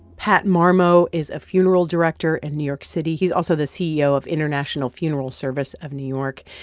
pat marmo is a funeral director in new york city. he's also the ceo of international funeral service of new york.